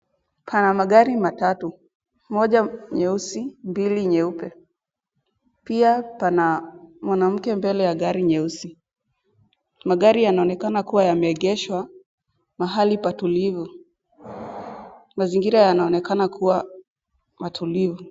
Kuna magari matatu moja nyeusi, mbili nyeupe pia pana mwanamke mbele ya gari nyeusi. Magari ya yanaonekana kuwa yameegeshwa mahali patulivu, mazingira yanaonekana kuwa matulivu.